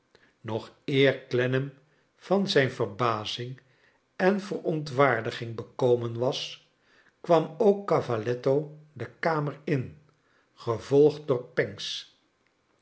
nog eer clennam van zijn verbazing en verontwaardiging b'komen was kwam ook cavalletto de kamer in gevolgd door pancks